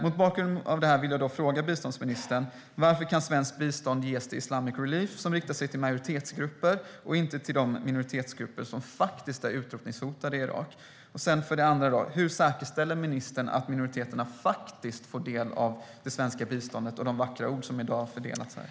Mot bakgrund av detta vill jag fråga biståndsministern följande: Varför kan svenskt bistånd ges till Islamic Relief, som riktar sig till majoritetsgrupper, och inte till de minoritetsgrupper som faktiskt är utrotningshotade i Irak? Och hur säkerställer ministern att minoriteterna faktiskt får del av det svenska biståndet och det som har framförts med vackra ord här i dag?